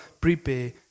prepare